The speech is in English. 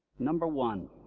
number one,